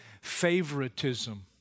favoritism